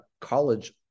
college